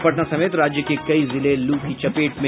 और पटना समेत राज्य के कई जिले लू की चपेट में